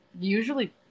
usually